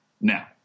Now